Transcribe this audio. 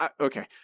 Okay